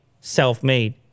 self-made